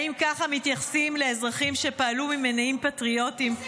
האם ככה מתייחסים לאזרחים שפעלו ממניעים פטריוטיים?